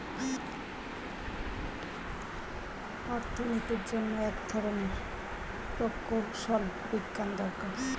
অর্থনীতির জন্য এক ধরনের প্রকৌশল বিজ্ঞান দরকার